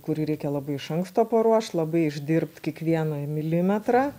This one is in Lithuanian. kurį reikia labai iš anksto paruošt labai išdirbt kiekvieną milimetrą